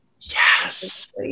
Yes